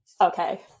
Okay